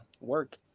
Work